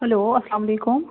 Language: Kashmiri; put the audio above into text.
ہیٚلو اسلام علیکُم